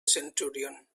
centurion